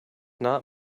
not